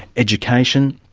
education.